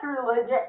religion